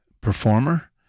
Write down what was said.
performer